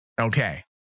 Okay